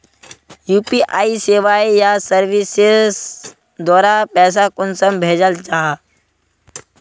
UPI सेवाएँ या services द्वारा पैसा कुंसम भेजाल जाहा?